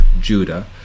judah